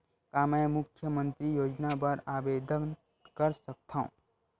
का मैं मुख्यमंतरी योजना बर आवेदन कर सकथव?